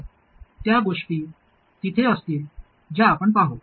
तर त्या गोष्टी तिथे असतील ज्या आपण पाहू